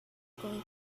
going